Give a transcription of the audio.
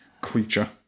creature